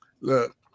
Look